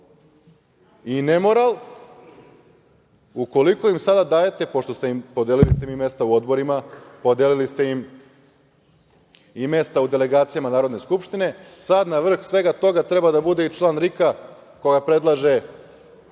i nemoral ukoliko im sada dajete, pošto ste im podelili mesta u odborima, podelili ste im i mesta u delegacijama Narodne skupštine, sada na vrh svega toga treba da bude i član RIK koga predlaže